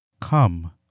Come